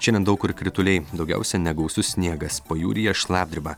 šiandien daug kur krituliai daugiausia negausus sniegas pajūryje šlapdriba